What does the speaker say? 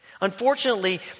Unfortunately